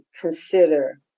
consider